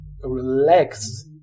relax